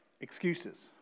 excuses